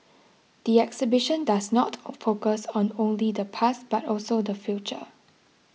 the exhibition does not or focus on only the past but also the future